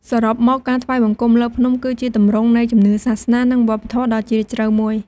សរុបមក ការថ្វាយបង្គំលើភ្នំ គឺជាទម្រង់នៃជំនឿសាសនា និងវប្បធម៌ដ៏ជ្រាលជ្រៅមួយ។